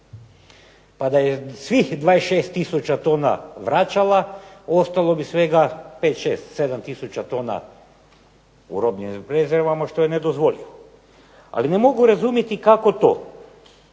Pa da je svih 26 tisuća tona vraćala ostalo bi svega 5, 6, 7 tisuća tona u robnim rezervama što je nedozvoljivo. Ali ne mogu razumjeti kako to